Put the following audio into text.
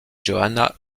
johanna